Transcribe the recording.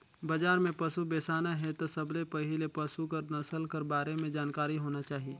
बजार में पसु बेसाना हे त सबले पहिले पसु कर नसल कर बारे में जानकारी होना चाही